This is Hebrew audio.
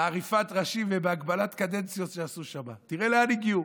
בעריפת ראשים ובהגבלת קדנציות שעשו שם תראה לאן הגיעו.